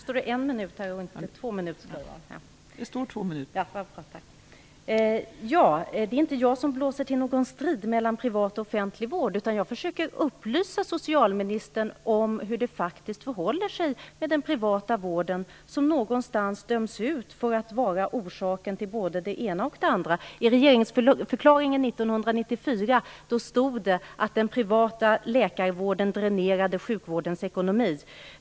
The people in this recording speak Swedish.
Fru talman! Jag blåser inte till strid mellan privat och offentlig vård. Jag försöker uppysa socialministern om hur det faktiskt förhåller sig med den privata vården, som på något sätt döms ut för att ha orsakat både det ena och det andra. I regeringsförklaringen 1994 stod det att den privata läkarvården dränerade sjukvårdens ekonomi.